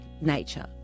nature